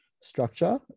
structure